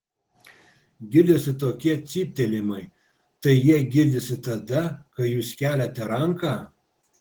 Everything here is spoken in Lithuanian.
girdisi tokie cyptelėjimai tai jie girdisi tada kai jūs keliate ranką